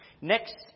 Next